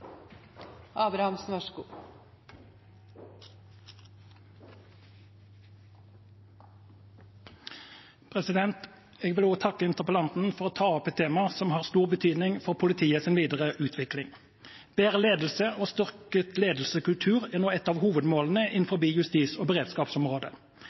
Jeg vil også takke interpellanten for å ta opp et tema som har stor betydning for politiets videre utvikling. Bedre ledelse og styrket ledelseskultur er nå ett av hovedmålene innenfor justis- og beredskapsområdet.